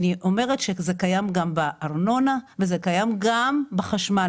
אני אומרת שזה קיים גם בארנונה וזה קיים גם בחשמל.